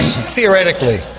Theoretically